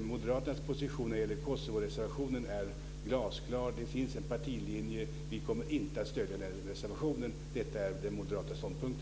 Moderaternas position när det gäller Kosovoreservationen är glasklar. Det finns en partilinje, och vi kommer inte att stödja den reservationen. Detta är den moderata ståndpunkten.